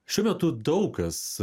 šiuo metu daug kas